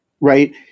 right